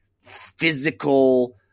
physical